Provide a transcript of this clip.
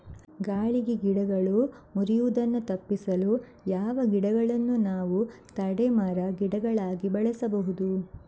ಗಾಳಿಗೆ ಗಿಡಗಳು ಮುರಿಯುದನ್ನು ತಪಿಸಲು ಯಾವ ಗಿಡಗಳನ್ನು ನಾವು ತಡೆ ಮರ, ಗಿಡಗಳಾಗಿ ಬೆಳಸಬಹುದು?